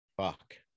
Fuck